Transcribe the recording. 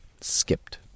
skipped